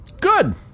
Good